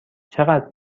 چقدر